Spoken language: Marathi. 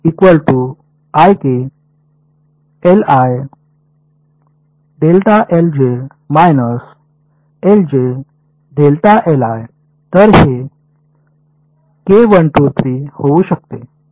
तर के 1 2 3 होऊ शकते